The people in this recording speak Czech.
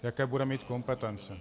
Jaké bude mít kompetence.